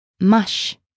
Mush